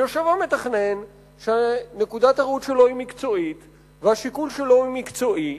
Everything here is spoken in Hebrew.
ויושב לו מתכנן שנקודת הראות שלו היא מקצועית והשיקול שלו הוא מקצועי,